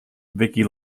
vickie